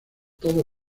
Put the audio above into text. todo